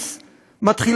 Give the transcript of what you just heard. ואני רוצה להגיד לך,